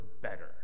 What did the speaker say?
better